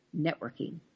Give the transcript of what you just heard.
networking